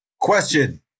Question